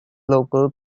local